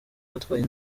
batwaye